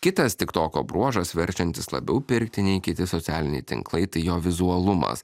kitas tik toko bruožas verčiantis labiau pirkti nei kiti socialiniai tinklai tai jo vizualumas